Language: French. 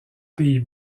pays